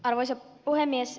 arvoisa puhemies